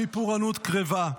מפורענות קרבה.